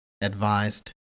advised